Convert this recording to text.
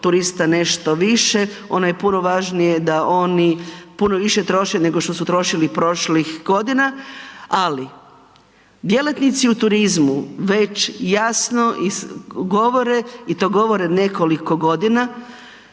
turista nešto više, ono je puno važnije da oni puno više troše nego što su trošili prošlih godina. Ali, djelatnici u turizmu već jasno govore i to govore nekoliko godina,